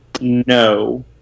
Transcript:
No